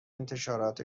انتشارات